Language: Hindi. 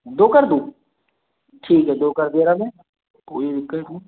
दो कर दूँ ठीक है दो कर दिया जावे कोई दिक्कत नहीं